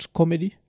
comedy